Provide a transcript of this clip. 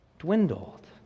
dwindled